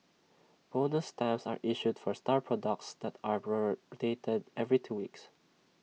bonus stamps are issued for star products that are rotated every two weeks